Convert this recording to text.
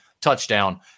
touchdown